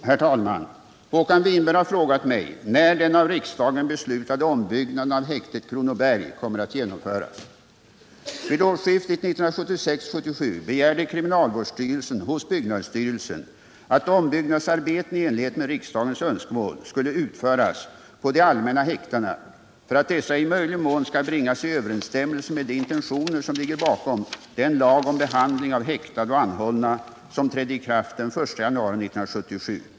Herr talman! Håkan Winberg har frågat mig när den av riksdagen beslutade ombyggnaden av häktet Kronoberg kommer att genomföras. Vid årsskiftet 1976-1977 begärde kriminalvårdsstyrelsen hos byggnadsstyrelsen att ombyggnadsarbeten i enlighet med riksdagens önskemål skulle utföras på de allmänna häktena, för att dessa i möjlig mån skall bringas i överensstämmelse med de intentioner som ligger bakom den lag om behandling av häktade och anhållna som trädde i kraft den 1 januari 1977.